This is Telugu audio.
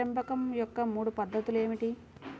పెంపకం యొక్క మూడు పద్ధతులు ఏమిటీ?